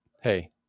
hey